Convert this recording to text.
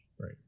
Right